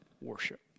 worship